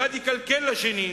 אחד יקלקל לשני.